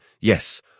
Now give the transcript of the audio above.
yes